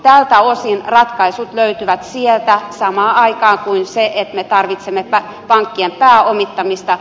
tältä osin ratkaisut löytyvät sieltä samaan aikaan kuin se että me tarvitsemme pankkien pääomittamista